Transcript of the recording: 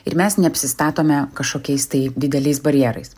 ir mes ne apsistatome kažkokiais tai dideliais barjerais